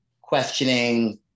questioning